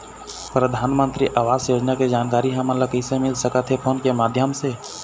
परधानमंतरी आवास योजना के जानकारी हमन ला कइसे मिल सकत हे, फोन के माध्यम से?